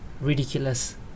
ridiculous